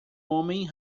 homem